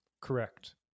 Correct